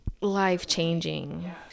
life-changing